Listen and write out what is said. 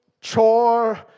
chore